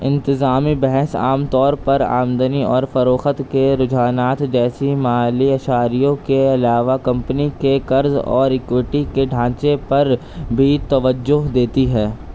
انتظامی بحث عام طور پر آمدنی اور فروخت کے رجحانات جیسی مالی اشاریوں کے علاوہ کمپنی کے قرض اور ایکویٹی کے ڈھانچے پر بھی توجہ دیتی ہے